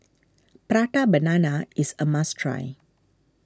Prata Banana is a must try